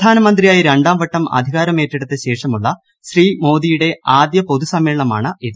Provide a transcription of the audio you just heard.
പ്രധാനമന്ത്രിയായി രണ്ടാംവട്ടം അധികാരമേറ്റടുത്ത ശേഷമുള്ള ശ്രീമോദിയുടെ ആദ്യ പൊതു സമ്മേളനമാണ് ഇത്